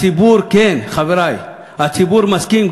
הציבור, כן, חברי, הציבור מסכים.